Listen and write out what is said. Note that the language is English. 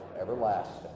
everlasting